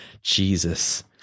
Jesus